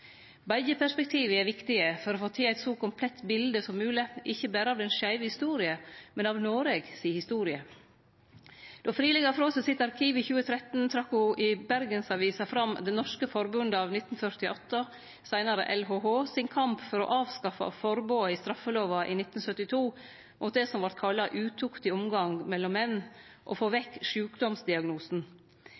er viktige for å få til eit så komplett bilde som mogleg, ikkje berre av den skeive historia, men av Noreg si historie. Då Friele gav frå seg arkivet sitt i 2013, trekte ho i Bergensavisen fram Det norske forbundet av 1948, seinare LHH, sin kamp for å avskaffe forbodet i straffelova i 1972 mot det som vart kalla utuktig omgang mellom menn, og å få vekk sjukdomsdiagnosen.